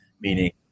Meaning